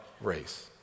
race